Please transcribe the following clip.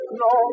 no